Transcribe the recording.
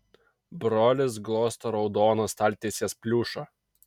brolis glosto raudoną staltiesės pliušą